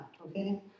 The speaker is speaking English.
okay